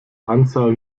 anzahl